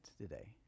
today